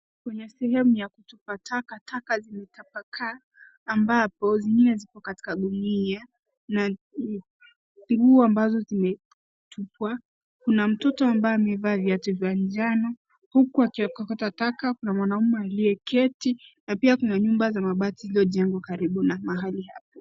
Kwenye sehemu ya kutupa takataka zimetapakaa ambapo zingine ziko katika gunia na pinuo ambazo zimetupwa. Kuna mtoto ambaye amevaa viatu vya njano huku akiokota taka. Kuna mwanaume aliyeketi na pia kuna nyumba za mabati zilizojengwa karibu na mahali hapo.